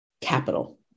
capital